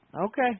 Okay